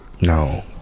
No